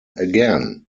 again